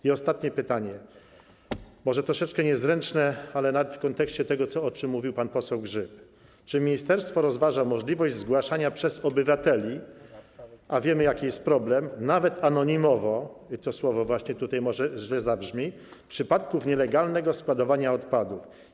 I ostatnie pytanie, może troszeczkę niezręczne, ale w kontekście tego, o czym mówił pan poseł Grzyb: Czy ministerstwo rozważa możliwość zgłaszania przez obywateli, a wiemy, jaki jest problem, nawet anonimowo - i to słowo właśnie tutaj może źle zabrzmi - przypadków nielegalnego składowania odpadów?